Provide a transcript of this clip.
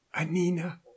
Anina